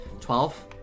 Twelve